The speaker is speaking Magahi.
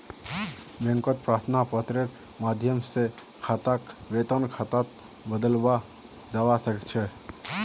बैंकत प्रार्थना पत्रेर माध्यम स खाताक वेतन खातात बदलवाया जबा स ख छ